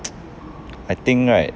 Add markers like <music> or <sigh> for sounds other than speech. <noise> I think right